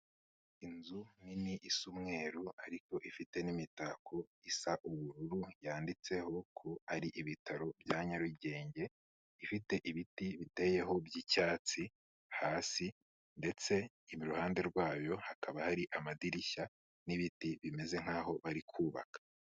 Inzu nini isa umweru ariko ifite n'imitako isa ubururu, yanditseho ko ari ibitaro bya Nyarugenge, ifite ibiti biteyeho by'icyatsi hasi ndetse iruhande rwayo hakaba hari amadirishya n'ibiti bimeze nk'aho bari kubaka.